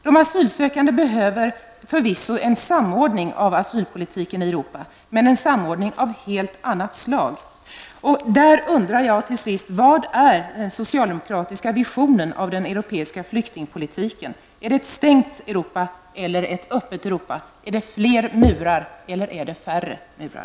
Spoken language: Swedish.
De asylsökande behöver förvisso en samordning av asylpolitiken i Europa, men en samordning av helt annat slag. Jag undrar till sist: Vad är den socialdemokratiska visionen av den europeiska flyktingpolitiken? Är det ett stängt Europa eller ett öppet Europa? Är det fler murar eller färre murar?